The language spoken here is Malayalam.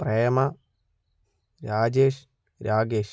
പ്രേമ രാജേഷ് രാകേഷ്